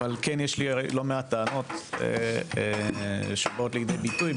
אבל כן יש לי לא מעט טענות שבאות לידי ביטוי,